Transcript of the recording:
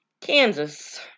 Kansas